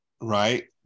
right